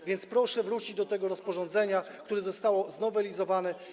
A więc proszę wrócić do tego rozporządzenia, które zostało znowelizowane.